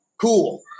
Cool